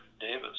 Davis